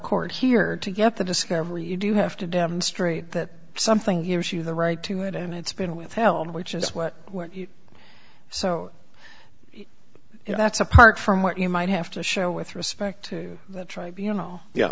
court here to get the discovery you do have to demonstrate that something is you the right to it and it's been withheld which is what so you know that's apart from what you might have to show with respect to that tribe you know yeah